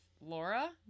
Laura